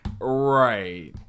Right